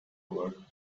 toward